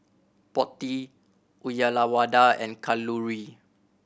Potti Uyyalawada and Kalluri